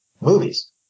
movies